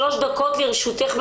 שלוש דקות לרשותך,